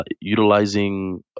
utilizing